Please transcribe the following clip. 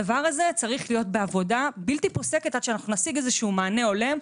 הדבר הזה צריך להיות בעבודה בלתי פוסקת עד שאנחנו נשיג מענה הולם,